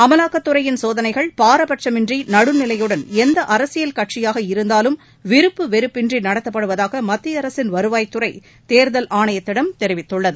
அமலாக்கத்துறையின் சோதனைகள் பாரபட்சுமின்றி நடுநிலையுடன் எந்த அரசியல் கட்சியாக இருந்தாலும் விருப்பு வெறுப்பின்றி நடத்தப்படுவதாக மத்திய அரசின் வருவாய்த்துறை தேர்தல் ஆணையத்திடம் தெரிவித்துள்ளது